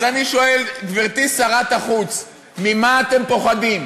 אז אני שואל, גברתי שרת החוץ, ממה אתם פוחדים?